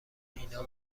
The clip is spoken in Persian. اینا